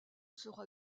sera